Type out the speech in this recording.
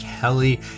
Kelly